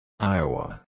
Iowa